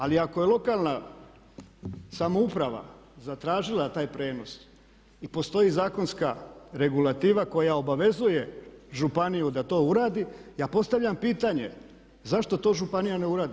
Ali ako je lokalna samouprava zatražila taj prijenos i postoji zakonska regulativa koja obavezuje županiju da to uradi ja postavljam pitanje zašto to županija ne uradi?